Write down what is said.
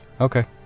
Okay